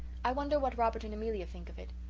i wonder what robert and amelia think of it.